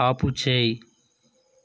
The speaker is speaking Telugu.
ఆపుచేయి